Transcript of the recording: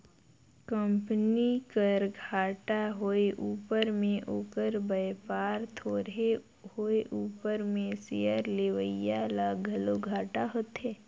company कर घाटा होए उपर में ओकर बयपार थोरहें होए उपर में सेयर लेवईया ल घलो घाटा होथे